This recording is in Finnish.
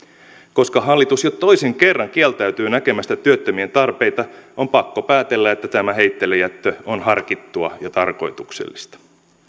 koska hallitus jo toisen kerran kieltäytyy näkemästä työttömien tarpeita on pakko päätellä että tämä heitteillejättö on harkittua ja tarkoituksellista